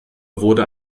wurde